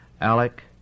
Alec